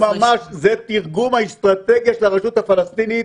זה ממש תרגום האסטרטגיה של הרשות הפלסטינית